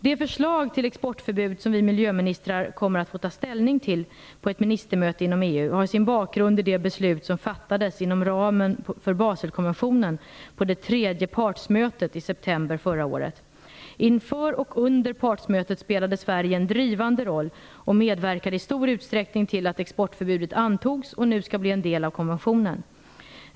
Det förslag till exportförbud som vi miljöministrar kommer att få ta ställning till på ett ministermöte inom EU har sin bakgrund i det beslut som fattades inom ramen för Baselkonventionen på det tredje partsmötet i september förra året. Inför och under partsmötet spelade Sverige en drivande roll och medverkade i stor utsträckning till att exportförbudet antogs och nu skall bli en del av konventionen.